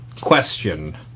question